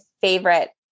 favorite